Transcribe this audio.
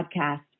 Podcast